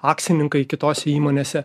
akcininkai kitose įmonėse